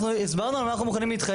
אנחנו הסברנו על מה אנחנו מוכנים להתחייב.